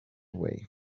away